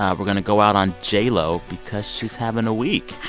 um we're going to go out on j-lo because she's having a week.